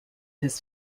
his